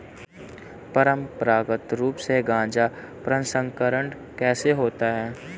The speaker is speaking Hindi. परंपरागत रूप से गाजा प्रसंस्करण कैसे होता है?